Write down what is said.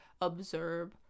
observe